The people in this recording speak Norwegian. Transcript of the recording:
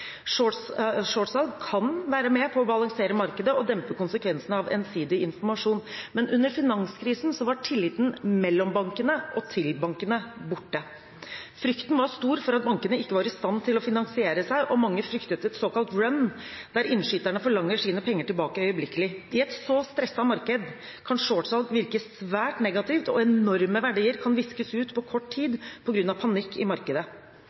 inngås. Shortsalg kan være med på å balansere markedet og dempe konsekvensene av ensidig informasjon. Men under finanskrisen var tilliten mellom bankene og til bankene borte. Frykten var stor for at bankene ikke var i stand til å finansiere seg, og mange fryktet et såkalt «run», der innskyterne forlanger sine penger tilbake øyeblikkelig. I et så stresset marked kan shortsalg virke svært negativt, og enorme verdier kan viskes ut på kort tid på grunn av panikk i markedet.